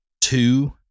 two